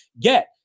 Get